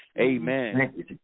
Amen